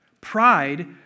Pride